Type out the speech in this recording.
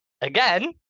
again